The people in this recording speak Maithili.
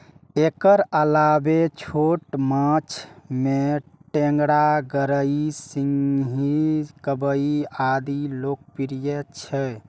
एकर अलावे छोट माछ मे टेंगरा, गड़ई, सिंही, कबई आदि लोकप्रिय छै